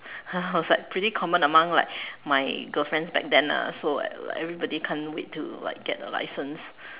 I was like pretty common among like my girlfriends back then lah so like everybody can't wait to like get a license